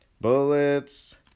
bullets